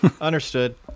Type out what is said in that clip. Understood